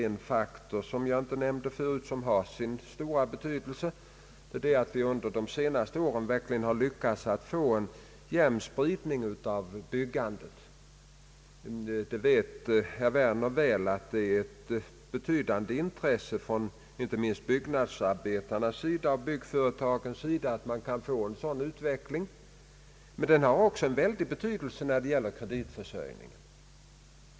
En faktor som jag inte nämnde förut och som har sin stora betydelse är att vi under de senaste åren verkligen har lyckats få en jämn spridning av byggandet. Herr Werner vet mycket väl att inte minst byggnadsarbetarna och byggföretagen har ett betydande intresse av att få en sådan utveckling. Men den har även en väldig betydelse när det gäller kreditförsörjningen.